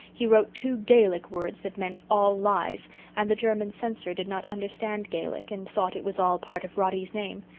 he wrote two gaelic words that meant all lies and the german censor did not understand gaelic and thought it was all part of roddy's name.